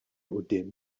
quddiem